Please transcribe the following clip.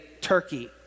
Turkey